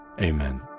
Amen